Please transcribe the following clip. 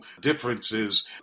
differences